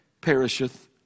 perisheth